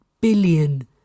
billion